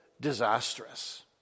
disastrous